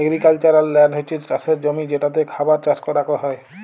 agricultural land হছ্যে চাসের জমি যেটাতে খাবার চাস করাক হ্যয়